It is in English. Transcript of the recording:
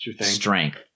strength